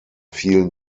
vielen